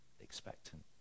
expectant